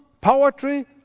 poetry